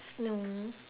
no